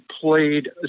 played